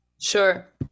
sure